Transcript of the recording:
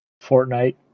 Fortnite